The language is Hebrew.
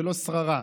ולא שררה.